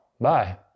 Bye